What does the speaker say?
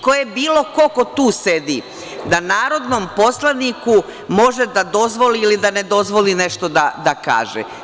Ko je bilo ko ko tu sedi da narodnom poslaniku može da dozvoli ili da ne dozvoli nešto da kaže?